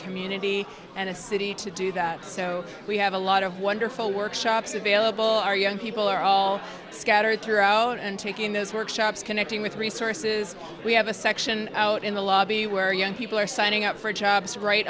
community and a city to do that so we have a lot of wonderful workshops available our young people are all scattered throughout and taking those workshops connecting with resources we have a section out in the lobby where young people are signing up for jobs right